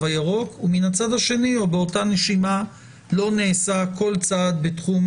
הירוק ומן הצד השני או באותה נשימה לא נעשה כל צעד בתחום